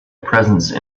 presence